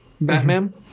Batman